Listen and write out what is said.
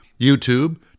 YouTube